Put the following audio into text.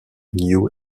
new